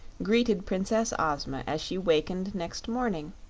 greeted princess ozma as she wakened next morning,